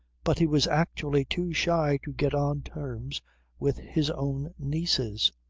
but he was actually too shy to get on terms with his own nieces.